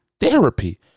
therapy